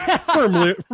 Firmly